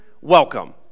welcome